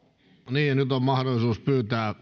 niin nyt on mahdollisuus pyytää